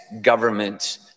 government